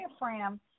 diaphragm